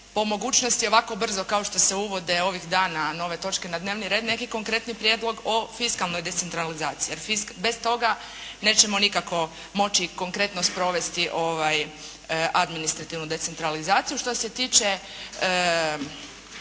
po mogućnosti ovako brzo kao što se uvode ovih dana nove točke na dnevni red, neki konkretni prijedlog o fiskalnoj decentralizaciji. Jer bez toga nećemo nikako moći konkretno sprovesti adminstrativnu decentralizaciju. Što se tiče